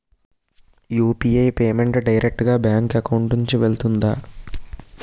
UPI payment direct గా bank account నుంచి వెళ్తుందా?